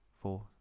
four